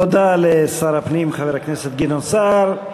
תודה לשר הפנים, חבר הכנסת גדעון סער.